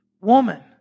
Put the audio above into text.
woman